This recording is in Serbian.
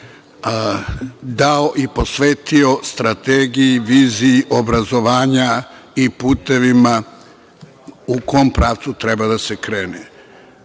dao i posvetio strategiji i viziji obrazovanja i putevima u kom pravcu treba da se krene. Isto